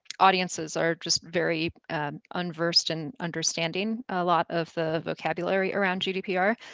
audiences are just very unversed in understanding a lot of the vocabulary around gdpr.